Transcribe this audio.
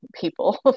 people